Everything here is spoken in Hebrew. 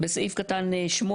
בסעיף קטן (8)